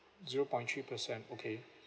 zero point three percent okay